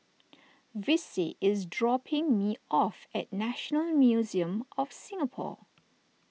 Vicie is dropping me off at National Museum of Singapore